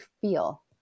feel